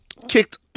kicked